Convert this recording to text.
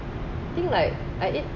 I think like I eat pork knuckle